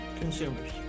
consumers